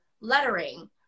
lettering